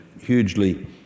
hugely